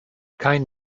kein